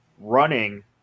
running